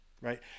right